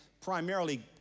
primarily